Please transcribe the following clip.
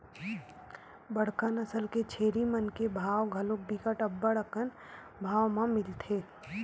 बड़का नसल के छेरी मन के भाव घलोक बिकट अब्बड़ अकन भाव म मिलथे